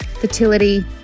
fertility